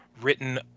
written